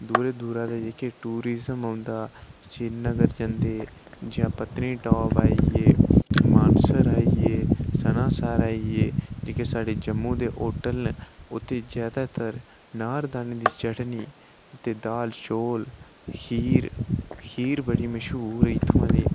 दूरै दूरै दे टूरिस्ट जेह्ड़ा सिरीनगर जंदे जां पत्नीटॉप आइयै मानसर आइयै सनासर आइयै बाकी साढ़े जेह्ड़े जम्मू दे होटल न उ'दै च जैदातर नारदाने दी चटनी ते दाल चौल खीर खीर बड़ी मश्हूर ऐ इत्थुआं दी